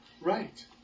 Right